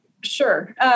Sure